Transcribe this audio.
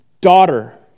Daughter